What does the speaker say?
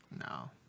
No